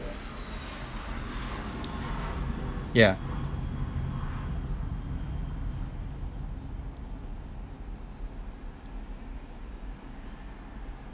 ya